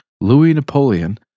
Louis-Napoleon